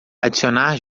adicionar